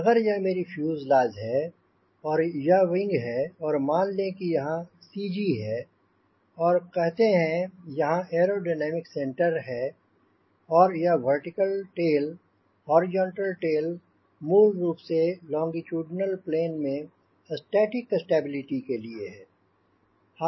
अगर यह मेरी फ्यूजलाज है और यह विंग है और मान ले कि यहांँ CG है और कहते हैं यहांँ एयरोडायनेमिक सेंटर है और यह वर्टिकल टेल हॉरिजॉन्टल टेल मूल रूप से लोंगिट्यूडनल प्लेन में स्टैटिक स्टेबिलिटी के लिए है